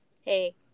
Hey